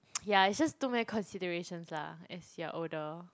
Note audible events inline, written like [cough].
[noise] ya it's just too many considerations lah as you're older